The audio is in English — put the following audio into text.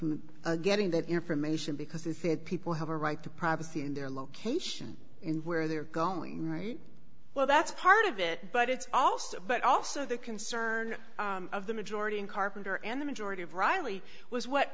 document getting that information because they said people have a right to privacy in their location and where they're going well that's part of it but it's also but also the concern of the majority and carpenter and the majority of riley was w